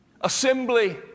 assembly